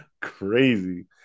Crazy